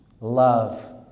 love